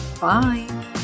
Bye